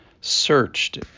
searched